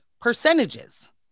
percentages